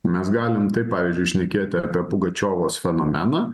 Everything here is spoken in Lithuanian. mes galim taip pavyzdžiui šnekėti apie pugačiovos fenomeną